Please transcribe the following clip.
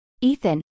Ethan